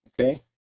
okay